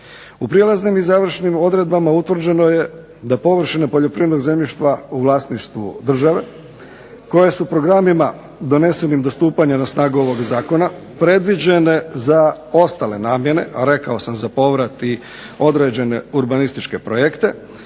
U prijelaznim i završnim odredbama utvrđeno je da površine poljoprivrednog zemljišta u vlasništvu države koje su programima donesenim do stupanja na snagu ovoga zakona predviđene za ostale namjene, rekao sam za povrat i određene urbanističke projekte,